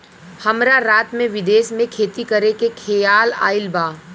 हमरा रात में विदेश में खेती करे के खेआल आइल ह